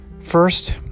First